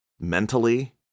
Mentally